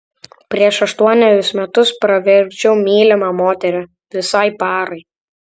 prieš aštuonerius metus pravirkdžiau mylimą moterį visai parai